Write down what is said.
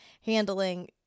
handling